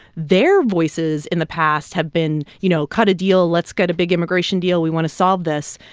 their voices in the past have been, you know, cut a deal. let's get a big immigration deal. we want to solve this.